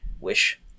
wish